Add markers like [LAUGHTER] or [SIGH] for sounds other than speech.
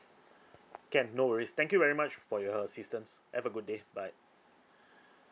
can no worries thank you very much for your assistance have a good day bye [BREATH]